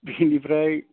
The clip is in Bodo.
बिनिफ्राय